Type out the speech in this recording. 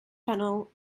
tunnel